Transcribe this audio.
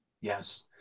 yes